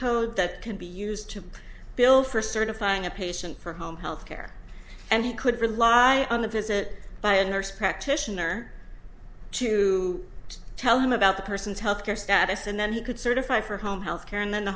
code that can be used to build for certifying a patient for home health care and he could rely on a visit by a nurse practitioner to tell him about the person's health care status and then he could certify for home health care and then the